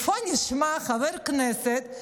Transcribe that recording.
איפה נשמע חבר כנסת,